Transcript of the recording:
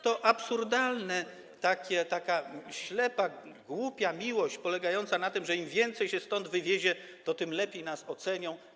To jest absurdalne, taka ślepa, głupia miłość polegająca na tym, że im więcej się stąd wywiezie, to tym lepiej nas ocenią.